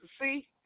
See